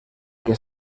que